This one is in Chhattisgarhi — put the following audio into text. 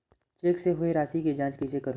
चेक से होए राशि के जांच कइसे करहु?